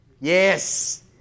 Yes